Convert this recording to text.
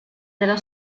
della